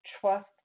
trust